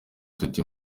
tuti